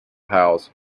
house